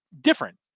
different